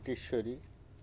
Keshwari